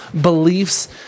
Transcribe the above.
beliefs